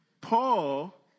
Paul